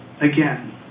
again